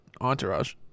entourage